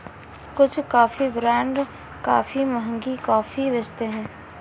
कुछ coffee brand काफी महंगी कॉफी बेचते हैं